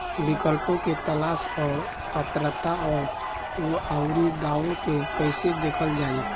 विकल्पों के तलाश और पात्रता और अउरदावों के कइसे देखल जाइ?